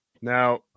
Now